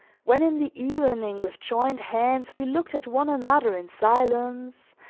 when in the evening with joined hands, we looked at one another in silence,